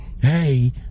Hey